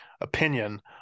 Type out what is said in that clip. opinion